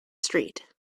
street